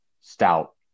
Stout